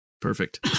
Perfect